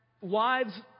wives